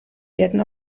werden